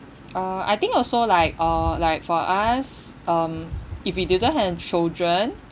uh I think also like uh like for us um if we didn't have children